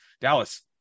Dallas